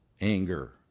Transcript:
anger